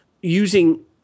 using